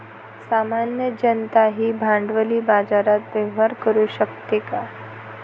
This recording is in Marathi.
सामान्य जनताही भांडवली बाजारात व्यवहार करू शकते का?